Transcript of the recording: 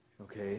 Okay